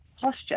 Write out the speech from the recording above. posture